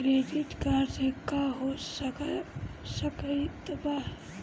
Credit card से का हो सकइत बा?